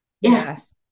yes